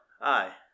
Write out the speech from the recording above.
Aye